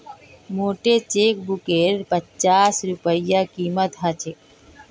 मोटे चेकबुकेर पच्चास रूपए कीमत ह छेक